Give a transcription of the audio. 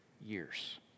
years